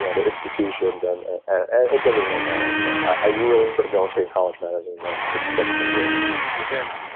you know their institutions and ah it doesn't really matter anymore. i really don't think college matters anymore in sixteen to seventeen years well sam,